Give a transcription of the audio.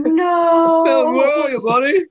No